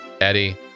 eddie